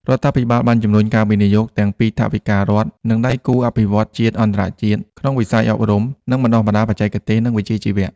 រដ្ឋាភិបាលបានជំរុញការវិនិយោគទាំងពីថវិការដ្ឋ និងដៃគូអភិវឌ្ឍន៍ជាតិ-អន្តរជាតិ ក្នុងវិស័យ អប់រំ និងបណ្តុះបណ្តាលបច្ចេកទេស និងវិជ្ជាជីវៈ។